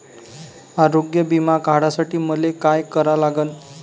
आरोग्य बिमा काढासाठी मले काय करा लागन?